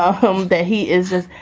um that he is